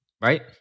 right